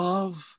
Love